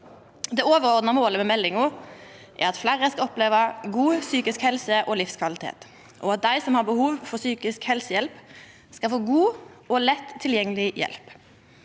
Det overordna målet med meldinga er at fleire skal oppleva god psykisk helse og livskvalitet, og at dei som har behov for psykisk helsehjelp, skal få god og lett tilgjengeleg hjelp.